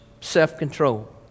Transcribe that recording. Self-control